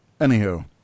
Anywho